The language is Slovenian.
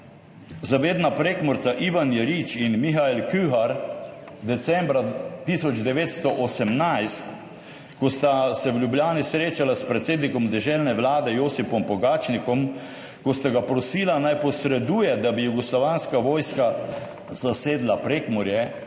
zavedna Prekmurca Ivan Jerič in Mihael Kühar decembra 1918, ko sta se v Ljubljani srečala s predsednikom deželne vlade Josipom Pogačnikom, ko sta ga prosila, naj posreduje, da bi jugoslovanska vojska zasedla Prekmurje,